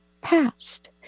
past